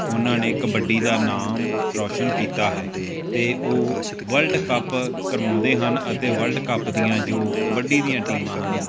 ਉਹਨਾਂ ਨੇ ਕਬੱਡੀ ਦਾ ਨਾਮ ਰੋਸ਼ਨ ਕੀਤਾ ਹੈ ਅਤੇ ਉਹ ਵਰਲਡ ਕੱਪ ਕਰਵਾਉਂਦੇ ਹਨ ਅਤੇ ਵਰਲਡ ਕੱਪ ਦੀਆਂ ਜੋ ਕਬੱਡੀ ਦੀਆਂ ਟੀਮਾਂ ਹਨ